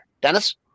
Dennis